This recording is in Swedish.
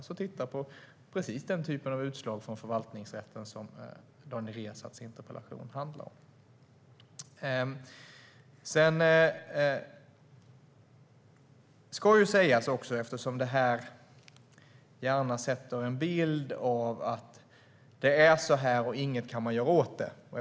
Den ska titta på precis den typen av utslag från förvaltningsrätten som Daniel Riazats interpellation handlar om. Det sätts här gärna en bild av att det är så här och att man inte kan göra något åt det.